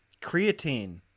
Creatine